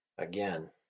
Again